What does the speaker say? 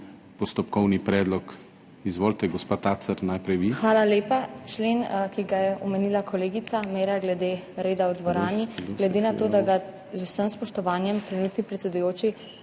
postopkovni predlog. Izvolite, gospa Tacer, najprej vi. LUCIJA TACER (PS Svoboda): Hvala lepa. Člen, ki ga je omenila kolegica Meira glede reda v dvorani, glede na to, da ga, z vsem spoštovanjem, trenutni predsedujoči